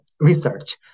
Research